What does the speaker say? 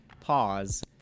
pause